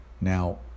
Now